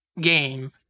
game